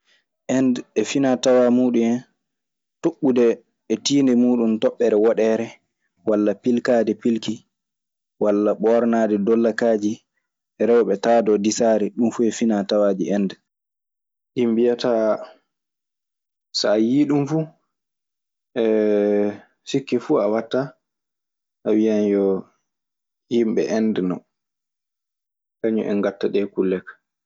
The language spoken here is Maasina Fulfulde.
Ende e finatawa mudun hen toɓude e tinde mudun toɓere wodere wala pirkade pilki wala ɓornaje ɗolokaji, rewɓe taɗoo disare dun fu yo finaatawaa Ende. Ɗi mbiyataa… So a yii ɗun fu sikke fuu a wattaa, a wiyan yo yimɓe Ende non. Kañun en ngatta ɗee kulle kaa.